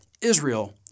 Israel